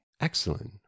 Excellent